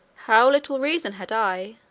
how little reason had i,